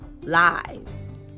lives